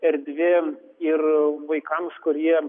erdvėm ir vaikams kurie